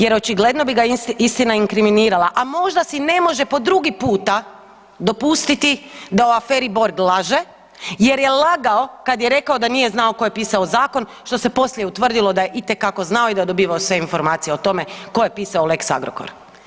Jer očigledno bi ga istina inkriminirala a možda si ne može po drugi puta dopustiti da o aferi Borg laže jer je lagao kad je rekao da nije znao ko je pisao zakon što se poslije utvrdilo da je itekako znao i da je dobivao sve informacije o tome ko je pisao lex Agrokor.